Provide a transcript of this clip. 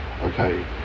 Okay